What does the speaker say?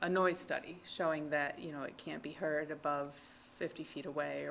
a noise study showing that you know it can't be heard above fifty feet away or